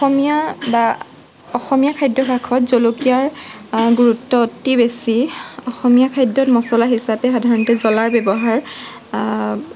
অসমীয়া বা অসমীয়াৰ খাদ্যভাসত জলকীয়াৰ গুৰুত্ব অতি বেছি অসমীয়া খাদ্যত মছলা হিচাপে সাধাৰণতে জ্বলাৰ ব্যৱহাৰ